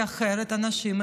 כי אחרת אנשים,